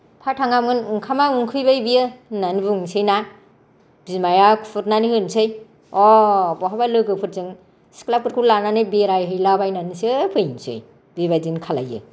बहा थाङामोन ओंखामा उखैबाय बियो होननानै बुंनोसै ना बिमाया खुरनानै होननोसै अ बहाबा लोगोफोरजों सिख्लाफोरखौ लानानै बेरायहैलाबायनानैसो फैनोसै बेबायदिनो खालामो